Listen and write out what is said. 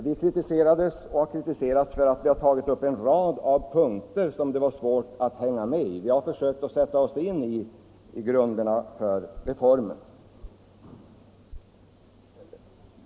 Vi har kritiserats för att vi tagit upp en rad konkreta punkter där man säger sig ha haft svårt att hänga med i resonemanget. Vi har försökt sätta oss in i grunderna för reformen.